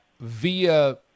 via